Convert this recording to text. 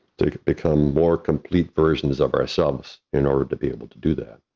to become more complete versions of ourselves in order to be able to do that.